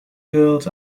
girls